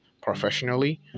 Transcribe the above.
professionally